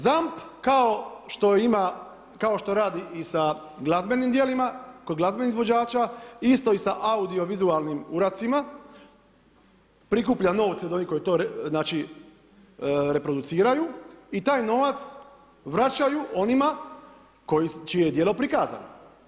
ZAMP kao što radi i sa glazbenim djelima, kod glazbenih izvođača, isto i sa audiovizualnim uradcima, prikuplja novce od onih koji to reproduciraju i taj novac vraćaju onima čije je djelo prikazano.